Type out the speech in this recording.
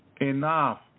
enough